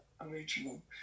original